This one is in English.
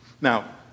Now